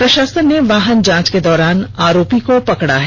प्रषासन ने वाहन जांच के दौरान आरोपी को पकड़ा है